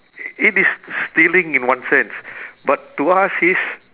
it is s~ stealing in one sense but to us it's